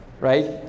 right